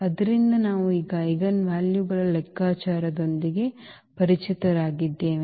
ಆದ್ದರಿಂದ ನಾವು ಈಗ ಐಜೆನ್ವಾಲ್ಯೂಗಳ ಲೆಕ್ಕಾಚಾರದೊಂದಿಗೆ ಪರಿಚಿತರಾಗಿದ್ದೇವೆ